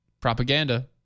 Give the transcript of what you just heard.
Propaganda